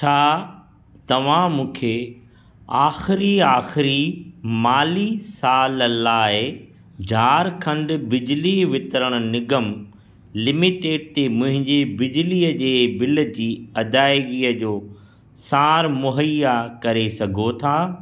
छा तव्हां मूंखे आख़िरी आख़िरी माली साल लाइ झारखंड बिजली वितरण निगम लिमीटेड ते मुंहिंजे बिजलीअ जे बिल जी अदायगी जो सार मुहैया करे सघो था